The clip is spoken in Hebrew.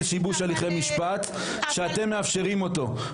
שיבוש הליכי משפט שאתם מאפשרים אותו.